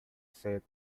said